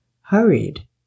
hurried